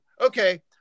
Okay